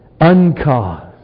uncaused